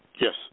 Yes